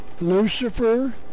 Lucifer